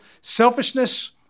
selfishness